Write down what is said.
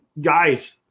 guys